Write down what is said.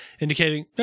indicating